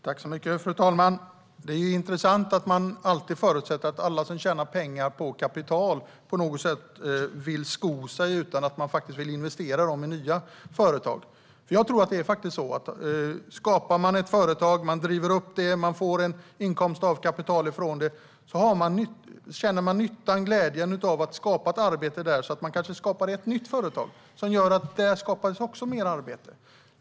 Fru talman! Det är intressant att man alltid förutsätter att alla som tjänar pengar på kapital på något sätt vill sko sig utan att investera pengarna i nya företag. Jag tror att om man skapar ett företag, driver upp det och får en inkomst av kapital från det så känner man nyttan och glädjen av att ha skapat arbete där så att man kanske skapar ett nytt företag där det också kan skapas mer arbete.